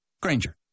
Granger